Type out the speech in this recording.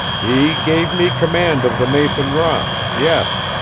he gave me command of the nathan ross. yes.